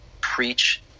preach